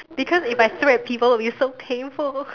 because if I threw at people it would be so painful